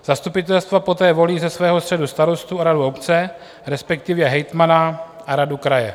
Zastupitelstva poté volí ze svého středu starostu a radu obce, respektive hejtmana a radu kraje.